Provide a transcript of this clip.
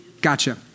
Gotcha